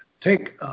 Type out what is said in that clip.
Take